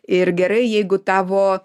ir gerai jeigu tavo